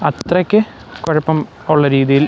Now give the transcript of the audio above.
അത്രയ്ക്ക് കുഴപ്പം ഉള്ള രീതിയിൽ